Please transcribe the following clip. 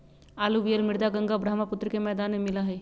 alluvial मृदा गंगा बर्ह्म्पुत्र के मैदान में मिला हई